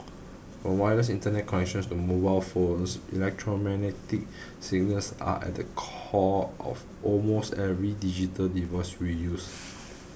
from wireless Internet connections to mobile phones electromagnetic signals are at the core of almost every digital device we use